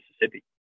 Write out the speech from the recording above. Mississippi